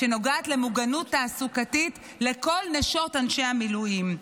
שנוגעת למוגנות תעסוקתית לכל נשות אנשי המילואים.